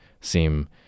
seem